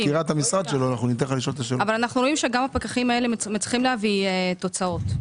אנו רואים שגם הפקחים האלה מצליחים להביא תוצאות.